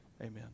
Amen